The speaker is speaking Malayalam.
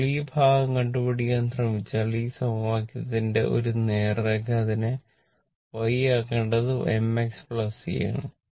ഇപ്പോൾ ഈ ഭാഗം കണ്ടുപിടിക്കാൻ ശ്രമിച്ചാൽ ഈ സമവാക്യത്തിന്റെ ഒരു നേർരേഖ അതിനെ y ആക്കേണ്ടത് m x c ആണ്